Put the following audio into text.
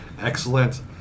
Excellent